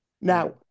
Now